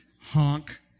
Honk